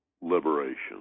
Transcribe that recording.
liberation